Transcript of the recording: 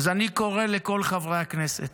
אז אני קורא לכל חברי הכנסת: